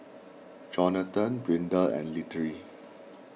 Johnathon Brinda and Littie